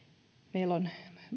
meillä on